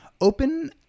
Open